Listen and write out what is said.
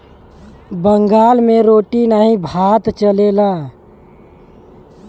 बंगाल मे रोटी नाही भात चलेला